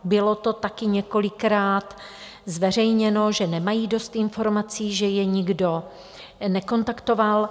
Bylo to taky několikrát zveřejněno, že nemají dost informací, že je nikdo nekontaktoval.